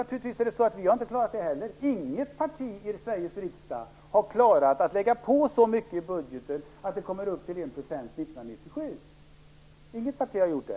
Vi har heller inte klarat målet. Inget parti i Sveriges riksdag har klarat att lägga på så mycket på budgeten att biståndet kommer upp till 1 % 1997. Inget parti har gjort det.